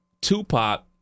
Tupac